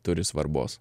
turi svarbos